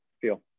feel